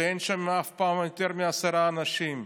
שאין שם אף פעם יותר מעשרה אנשים,